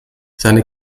seine